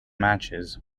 matches